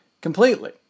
Completely